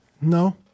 no